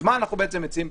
מה אנחנו מציעים?